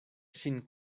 ŝin